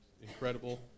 incredible